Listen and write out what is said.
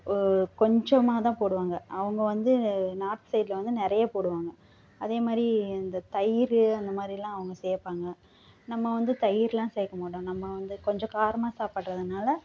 ஒரு கொஞ்சமாகதான் போடுவாங்க அவங்க வந்து நார்த் சைடில் வந்து நிறையா போடுவாங்க அதேமாதிரி இந்த தயிர் அந்தமாதிரில்லாம் அவங்க சேர்ப்பாங்க நம்ம வந்து தயிரெல்லாம் சேர்க்க மாட்டோம் நம்ம வந்து கொஞ்சம் காரமாக சாப்பிட்றதுனால